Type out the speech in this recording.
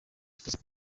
ikoze